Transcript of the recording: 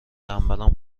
تنبلم